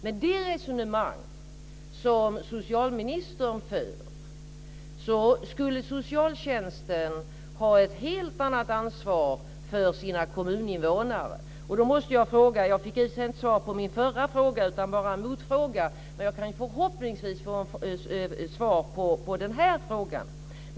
Med det resonemang som socialministern för skulle socialtjänsten ha ett helt annat ansvar för sina kommuninvånare. Jag fick i och för sig inte svar på min förra fråga, utan jag fick bara en motfråga, men förhoppningsvis kan jag få ett svar vad gäller följande.